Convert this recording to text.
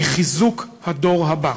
חיזוק הדור הבא.